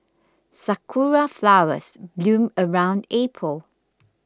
sakura flowers bloom around April